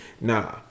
Nah